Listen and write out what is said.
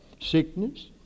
Sickness